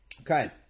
Okay